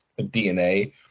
DNA